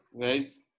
guys